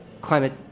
Climate